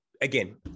Again